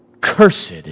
Cursed